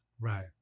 Right